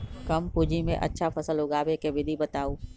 कम पूंजी में अच्छा फसल उगाबे के विधि बताउ?